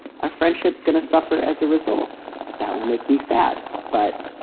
our friendship is going to suffer as a result that will make me sad. but.